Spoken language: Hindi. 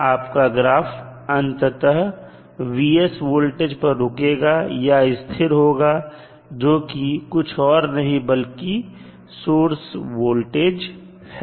आपका ग्राफ अंततः वोल्टेज पर रुकेगा या स्थिर होगा जो कि कुछ और नहीं बल्कि सोर्स वोल्टेज है